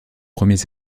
premiers